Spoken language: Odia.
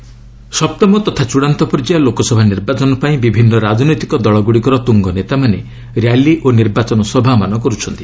କ୍ୟାମ୍ପନିଂ ସପ୍ତମ ତଥା ଚୂଡ଼ାନ୍ତ ପର୍ଯ୍ୟାୟ ଲୋକସଭା ନିର୍ବାଚନ ପାଇଁ ବିଭିନ୍ନ ରାଜନୈତିକ ଦଳଗୁଡ଼ିକର ତୁଙ୍ଗନେତାମାନେ ର୍ୟାଲି ଓ ନିର୍ବାଚନ ସଭାମାନ କର୍ରଛନ୍ତି